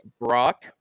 Brock